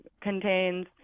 contains